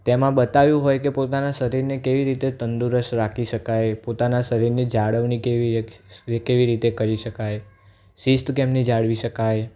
તેમાં બતાવ્યું હોય કે પોતાના શરીરને કેવી રીતે તંદુરસ્ત રાખી શકાય પોતાના શરીરને જાળવણી કેવી રીતે કેવી રીતે કરી શકાય શિસ્ત કેમની જાળવી શકાય